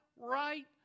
right